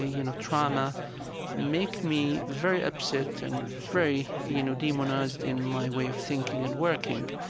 ah you know, trauma make me very upset and very, you know, demonized in my way of thinking and working.